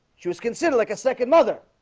she was considered like a second mother